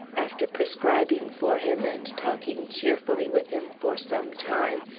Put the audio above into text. after prescribing for him, and talking cheerfully with him for some time,